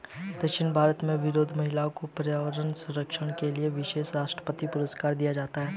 दक्षिण भारत में वयोवृद्ध महिला को पर्यावरण संरक्षण के लिए विशेष राष्ट्रपति पुरस्कार दिया गया है